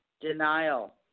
denial